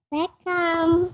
Welcome